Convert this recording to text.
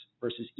versus